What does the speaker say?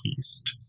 east